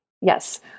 Yes